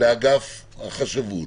לאגף החשבות,